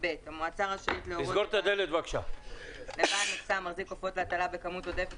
(ב)המועצה רשאית להורות לבעל מכסה המחזיק עופות להטלה בכמות עודפת